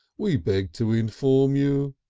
we beg to inform you,